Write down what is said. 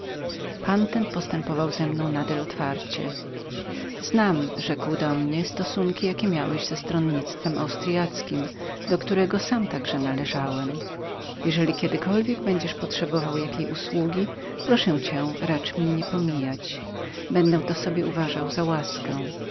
pan ten postępował ze mną nader otwarcie znam rzekł do mnie stosunki jakie miałeś ze stronnictwem austryackiem do którego sam także należałem jeżeli kiedykolwiek będziesz potrzebował jakiej usługi proszę cię racz mnie nie pomijać będę to sobie uważał za łaskę